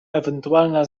ewentualna